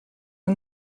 yng